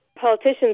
politician's